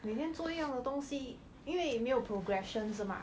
每天做一样的东西因为没有 progression 是吗